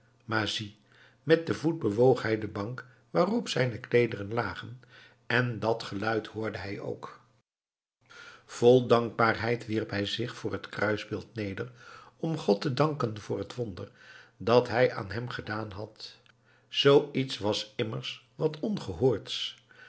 maar zie met den voet bewoog hij de bank waarop zijne kleederen lagen en dat geluid hoorde hij ook vol dankbaarheid wierp hij zich voor het kruisbeeld neder om god te danken voor het wonder dat hij aan hem gedaan had zoo iets was immers wat ongehoords